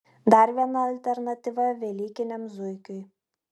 dar viena alternatyva velykiniam zuikiui